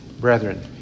brethren